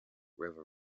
river